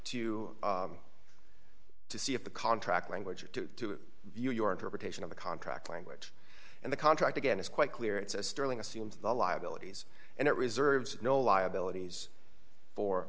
to to see if the contract language to you your interpretation of the contract language and the contract again is quite clear it's a sterling assumes the liabilities and it reserves no liabilities for